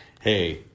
Hey